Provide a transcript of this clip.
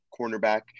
cornerback